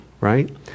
right